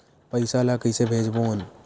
पईसा ला कइसे भेजबोन?